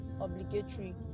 obligatory